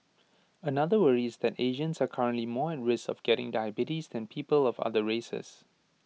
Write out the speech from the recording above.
another worry is that Asians are currently more at risk of getting diabetes than people of other races